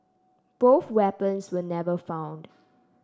both weapons were never found